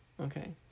Okay